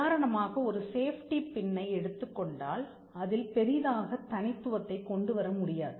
உதாரணமாக ஒரு சேப்டி பின்னை எடுத்துக் கொண்டால் அதில் பெரிதாக தனித்துவத்தைக் கொண்டு வர முடியாது